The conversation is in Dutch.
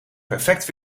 perfect